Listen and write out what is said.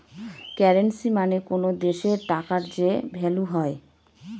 currency মানে কোনো দেশের টাকার যে ভ্যালু হয়